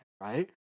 Right